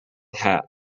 hat